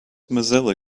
mozilla